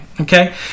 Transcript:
okay